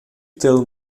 tell